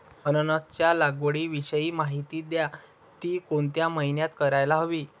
अननसाच्या लागवडीविषयी माहिती द्या, ति कोणत्या महिन्यात करायला हवी?